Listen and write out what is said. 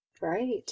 Right